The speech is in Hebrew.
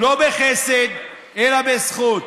לא בחסד אלא בזכות.